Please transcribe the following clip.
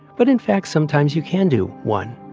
but, in fact, sometimes you can do one.